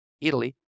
Italy